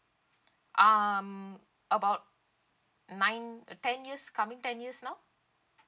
um about nine ten years coming ten years now